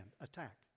attack